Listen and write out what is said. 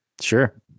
sure